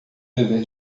dever